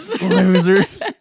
Losers